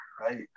right